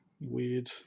Weird